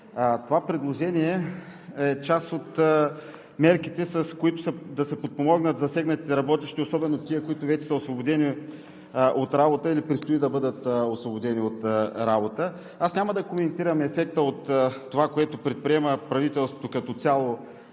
Това предложение е част от мерките, с които да се подпомогнат засегнатите работещи, особено тези, които вече са освободени от работа или предстои да бъдат освободени от работа. Аз няма да коментирам ефекта от това, което предприема правителството като цяло,